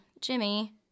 Jimmy